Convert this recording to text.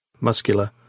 muscular